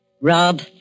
Rob